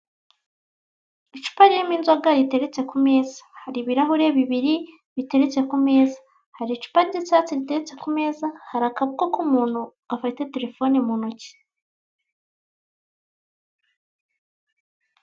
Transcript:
Icupa ririmo inzoga riteretse ku meza. Hari ibirahure bibiri biteretse ku meza. Hari icupa ry'icyatsi riteretse ku meza, hari akaboko k'umuntu gafite terefoni mu ntoki.